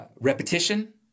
Repetition